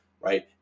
Right